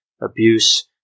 abuse